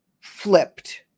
flipped